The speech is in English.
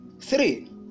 three